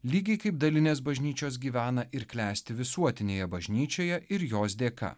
lygiai kaip dalinės bažnyčios gyvena ir klesti visuotinėje bažnyčioje ir jos dėka